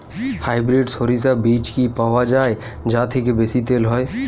Hybrid শরিষা বীজ কি পাওয়া য়ায় যা থেকে বেশি তেল হয়?